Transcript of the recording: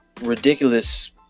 Ridiculous